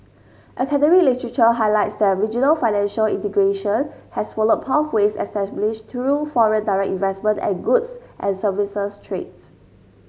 academic literature highlights that regional financial integration has followed pathways established through foreign direct investment and goods and services trades